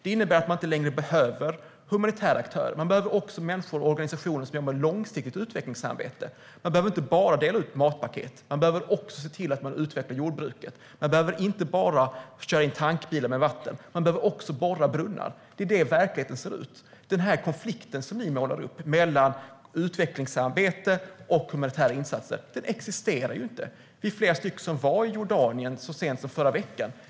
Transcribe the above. Det innebär att man inte längre bara behöver humanitära aktörer, utan man behöver även människor och organisationer som jobbar med långsiktigt utvecklingsarbete. Man behöver inte bara dela ut matpaket, utan man behöver även se till att man utvecklar jordbruket. Man behöver inte bara köra in tankbilar med vatten, utan man behöver även borra brunnar. Det är så verkligheten ser ut. Den konflikt ni målar upp mellan utvecklingsarbete och humanitära insatser existerar ju inte. Vi är flera här som var i Jordanien så sent som förra veckan.